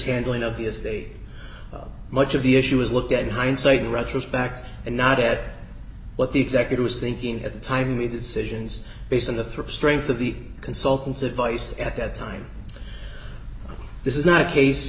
handling of the estate much of the issue is looked at in hindsight in retrospect and not at what the executor was thinking at the time the decisions based on the strength of the consultant's advice at that time this is not a case